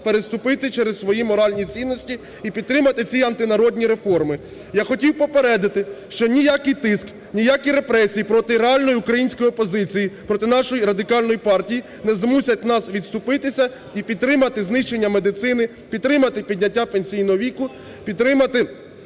переступити через свої моральні цінності і підтримати ці антинародні реформи. Я хотів попередити, що ніякий тиск, ніякі репресії проти реальної української опозиції, проти нашої Радикальної партії не змусять нас відступитися і підтримати знищення медицини, підтримати підняття пенсійного тиску, підтримати